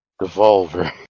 Revolver